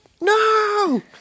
No